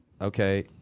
okay